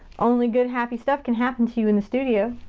only good, happy stuff can happen to you in the studio.